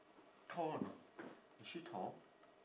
tall or not is she tall